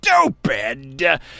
Stupid